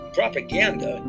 propaganda